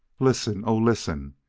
listen! oh, listen!